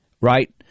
right